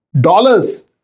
dollars